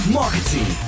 marketing